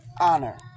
honor